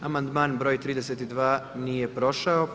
Amandman br. 32. nije prošao.